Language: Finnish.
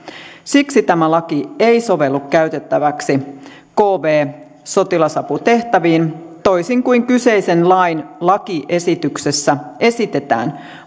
siksi tämä laki ei sovellu käytettäväksi kv sotilasaputehtäviin toisin kuin kyseisen lain lakiesityksessä esitetään